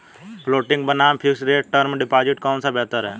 Floating बनाम fixed rate term deposit कौन सा बेहतर है?